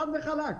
חד וחלק.